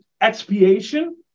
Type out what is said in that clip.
expiation